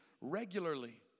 regularly